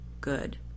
good